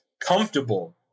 comfortable